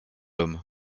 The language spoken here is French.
homme